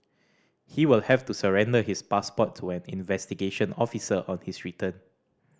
he will have to surrender his passport to an investigation officer on his return